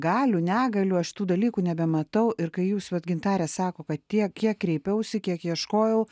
galių negalių aš tų dalykų nebematau ir kai jūs vat gintarė sako kad tiek kiek kreipiausi kiek ieškojau